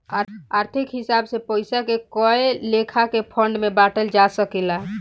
आर्थिक हिसाब से पइसा के कए लेखा के फंड में बांटल जा सकेला